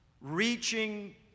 reaching